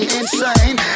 insane